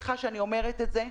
וסליחה שאני אומרת את זה.